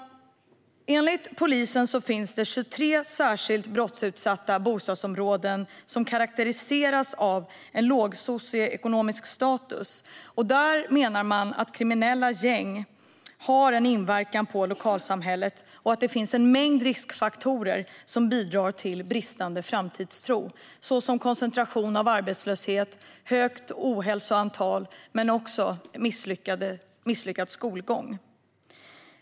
Enligt polisen finns det 23 särskilt brottsutsatta bostadsområden som karakteriseras av en låg socioekonomisk status. Man menar att kriminella gäng där har en inverkan på lokalsamhället och att det finns en mängd riskfaktorer som bidrar till bristande framtidstro, såsom koncentration av arbetslöshet, höga ohälsotal och misslyckad skolgång.